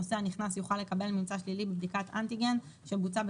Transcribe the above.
נוסע נכנס יוכל לקבל ממצא שלילי בבדיקת אנטיגן שבוצעה